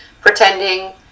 pretending